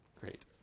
Great